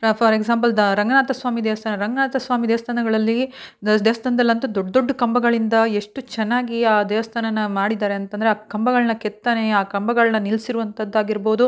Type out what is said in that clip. for example the Ranganatha Swamy ದೇವಸ್ಥಾನ ರಂಗನಾಥ ಸ್ವಾಮಿ ದೇವಸ್ಥಾನಗಳಲ್ಲೀ ದೇವಸ್ಥಾನ್ದಲ್ಲಂತೂ ದೊಡ್ಡ ದೊಡ್ಡ ಕಂಬಗಳಿಂದ ಎಷ್ಟು ಚೆನ್ನಾಗಿ ಆ ದೇವಸ್ಥಾನನ ಮಾಡಿದ್ದಾರೆ ಅಂತ ಅಂದ್ರೆ ಆ ಕಂಬಗಳನ್ನ ಕೆತ್ತನೆಯ ಆ ಕಂಬಗಳನ್ನ ನಿಲ್ಸಿರುವಂಥದ್ದು ಆಗಿರ್ಬೋದು